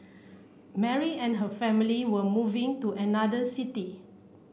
Mary and her family were moving to another city